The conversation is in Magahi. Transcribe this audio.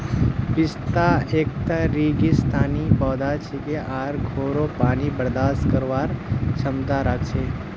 पिस्ता एकता रेगिस्तानी पौधा छिके आर खोरो पानी बर्दाश्त करवार क्षमता राख छे